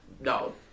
No